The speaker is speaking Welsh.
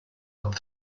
ond